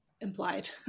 implied